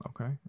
Okay